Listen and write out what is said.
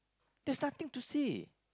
there's nothing to say